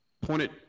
pointed